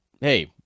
hey